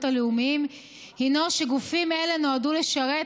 הלאומיים הינו שגופים אלה נועדו לשרת